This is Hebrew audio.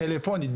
טלפונים,